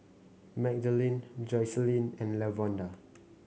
Magdalene Jocelynn and Lavonda